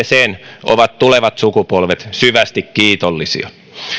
sen ovat tulevat sukupolvet syvästi kiitollisia